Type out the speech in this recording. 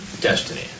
Destiny